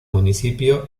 municipio